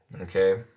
Okay